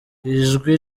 ijwi